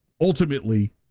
ultimately